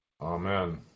Amen